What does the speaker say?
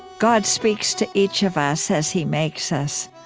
god speaks to each of us as he makes us,